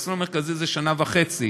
המסלול המרכזי זה שנה וחצי,